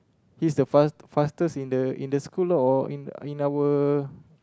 he's the fast fastest in the in the school loh or in in our